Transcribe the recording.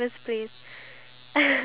iya